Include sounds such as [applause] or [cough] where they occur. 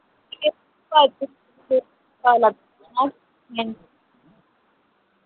[unintelligible]